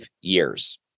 years